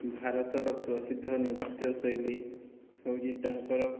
ଭାରତର ପ୍ରସିଦ୍ଧ ନୃତ୍ୟଶୈଳୀ ହେଉଛି ତାଙ୍କର